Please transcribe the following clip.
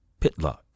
Pitlock